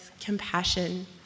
compassion